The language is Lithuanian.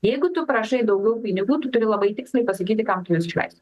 jeigu tu prašai daugiau pinigų turi labai tiksliai pasakyti kam tu juos išleisi